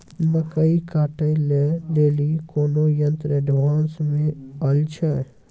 मकई कांटे ले ली कोनो यंत्र एडवांस मे अल छ?